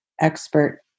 expert